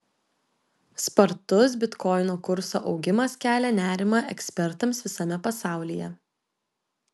spartus bitkoino kurso augimas kelia nerimą ekspertams visame pasaulyje